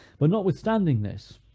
but notwithstanding this,